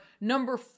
number